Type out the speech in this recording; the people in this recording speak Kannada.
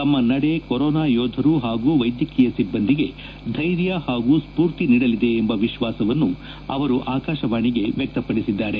ತಮ್ಮ ನಡೆ ಕೊರೋನಾ ಯೋಧರು ಹಾಗೂ ವೈದ್ಯಕೀಯ ಸಿಬ್ಬಂದಿಗೆ ಧೈರ್ಯ ಹಾಗೂ ಸ್ಪೂರ್ತಿ ನೀಡಲಿದೆ ಎಂಬ ವಿಶ್ವಾಸವನ್ನು ಅವರು ಆಕಾಶವಾಣಿಗೆ ವ್ಯಕ್ತಪಡಿಸಿದ್ದಾರೆ